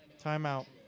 timeout